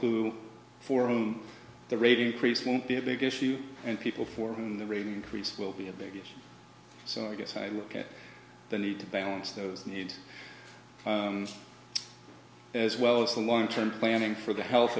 who for whom the raid increase won't be a big issue and people for whom the rate increase will be a big issue so i guess i look at the need to balance those needs as well as the long term planning for the health